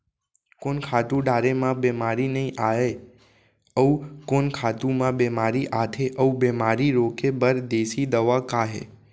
कोन खातू डारे म बेमारी नई आये, अऊ कोन खातू म बेमारी आथे अऊ बेमारी रोके बर देसी दवा का हे?